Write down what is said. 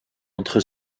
entre